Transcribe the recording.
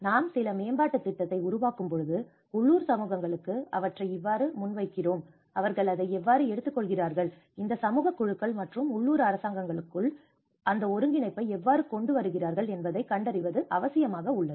நாம் சில மேம்பாட்டுத் திட்டத்தை உருவாக்கும்போது உள்ளூர் சமூகங்களுக்கு அவற்றை இவ்வாறு முன்வைக்கிறோம் அவர்கள் அதை எவ்வாறு எடுத்துக் கொள்கிறார்கள் இந்த சமூகக் குழுக்கள் மற்றும் உள்ளூர் அரசாங்கங்களுக்குள் அந்த ஒருங்கிணைப்பை எவ்வாறு கொண்டு வருகிறார்கள் என்பதை கண்டறிவது அவசியமாக உள்ளது